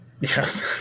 Yes